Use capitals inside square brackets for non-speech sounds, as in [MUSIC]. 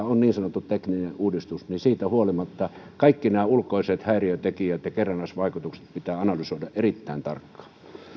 [UNINTELLIGIBLE] on niin sanottu tekninen uudistus niin siitä huolimatta kaikki nämä ulkoiset häiriötekijät ja kerrannaisvaikutukset pitää analysoida erittäin tarkkaan